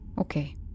Okay